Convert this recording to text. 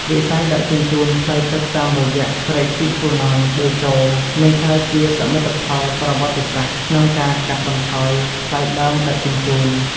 វិស័យដឹកជញ្ជូនផ្លូវទឹកតាមរយៈព្រែកជីកហ្វូណនតេជោនឹងក្លាយជាសមិទ្ធផលប្រវត្តិសាស្ត្រក្នុងការកាត់បន្ថយថ្លៃដើមដឹកជញ្ជូន។